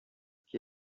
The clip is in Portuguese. que